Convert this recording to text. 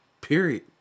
Period